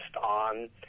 on